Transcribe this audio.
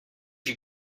you